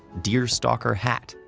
deerstalker hat,